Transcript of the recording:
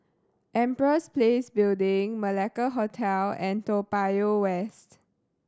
Empress Place Building Malacca Hotel and Toa Payoh West